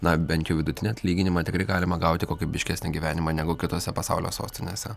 na bent jau vidutinį atlyginimą tikrai galima gauti kokybiškesnį gyvenimą negu kitose pasaulio sostinėse